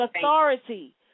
authority